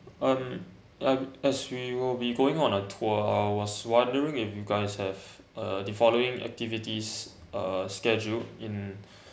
um um as we will be going on a tour was wondering if you guys have uh the following activities uh schedule in